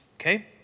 okay